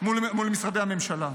מול משרדי הממשלה,